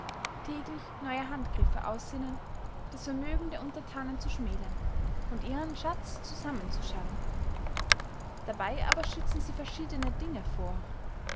täglich neue handgriffe aussinnen das vermögen der unterthanen zu schmälern und in ihren schatz zusammenzuscharren dabey aber schützen sie verschiedene dinge vor